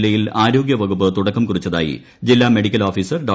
ജില്ലയിൽ ആരോഗ്യ വകുപ്പ് തുടക്കം കുറിച്ചതായി ജില്ലാ മെഡിക്കൽ ഓഫീസിർ ഡോ